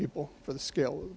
people for the scale